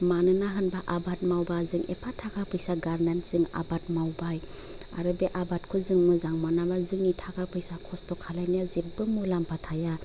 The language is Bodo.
मानोना होमबा आबाद मावबा जों एफा ताखा फैसा गारनानैसो जों आबाद मावबाय आरो बे आबादखौ जों मोजां मोनाबा जोंनि ताखा फैसा खस्थ' खालायनाया जेब्बो मुलाम्फा थाया